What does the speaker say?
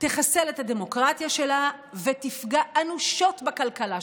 תחסל את הדמוקרטיה שלה ותפגע אנושות בכלכלה שלה.